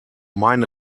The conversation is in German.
mein